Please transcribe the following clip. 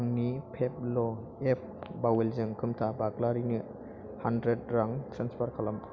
आंनि PayPal' app बावेलजों खोमथा बाग्लारिनो हान्द्रेड रां ट्रेन्सफार खालाम